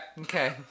Okay